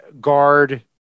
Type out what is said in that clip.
guard